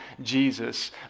Jesus